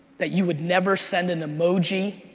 that you would never send an emoji,